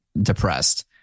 depressed